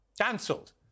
Cancelled